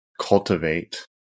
cultivate